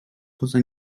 poza